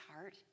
heart